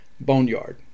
Boneyard